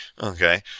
Okay